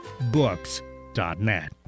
Books.net